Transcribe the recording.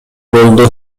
болду